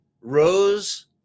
rose